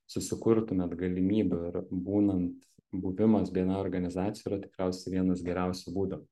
susikurtumėt galimybių ir būnant buvimas bni organizacijoj yra tikriausiai vienas geriausių būdų